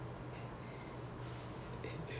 ya then அவன் பேசுறதே புரியாது:avan pesurathe puriyaathu